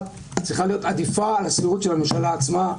צריכה להיות עדיפה על הסבירות של הממשלה עצמה,